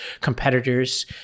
competitors